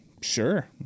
Sure